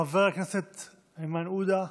חבר הכנסת איימן עודה,